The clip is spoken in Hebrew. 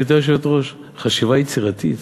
גברתי היושבת-ראש, חשיבה יצירתית.